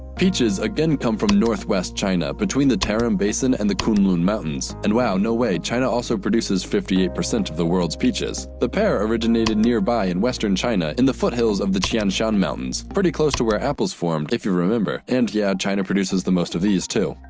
peaches, again, come from north-west china, between the tarim basin and the kunlun mountains. and wow, no way! china also produces fifty eight percent of the world's peaches. the pear originated nearby, in western china, in the foothills of the tian shan mountains. pretty close to where apple's from, if you remember. and yeah, china produces the most of these too.